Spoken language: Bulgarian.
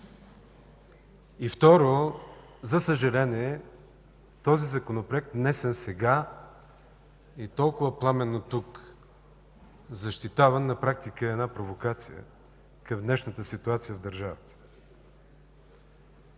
Второ, за съжаление, този законопроект, внесен сега и защитаван толкова пламенно тук, на практика е една провокация към днешната ситуация в държавата.